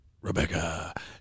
Rebecca